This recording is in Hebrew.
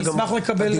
אשמח לקבל רשות דיבור.